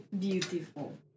Beautiful